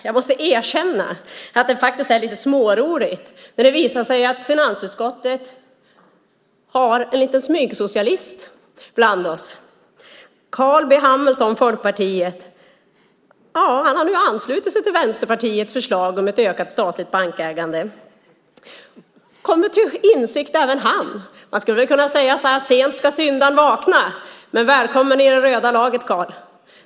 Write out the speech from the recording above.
Jag måste erkänna att det faktiskt är lite småroligt att det har visat sig att vi i finansutskottet har en liten smygsocialist bland oss. Carl B Hamilton, Folkpartiet, har nu anslutit sig till Vänsterpartiets förslag om ett ökat statligt bankägande. Även han har kommit till insikt. Man skulle kunna säga: Sent ska syndaren vakna. Men välkommen i det röda laget, Carl.